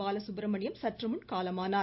பாலசுப்ரமணியம் சற்றுமுன் காலமானார்